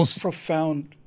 profound